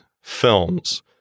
films